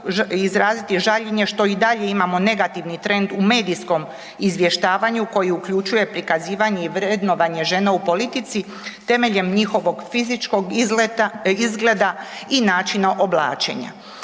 izraziti žaljenje što i dalje imamo negativni trend u medijskom izvještavanju koji uključuje prikazivanje i vrednovanje žena u politici temeljem njihovog fizičkog izgleda i načina oblačenja.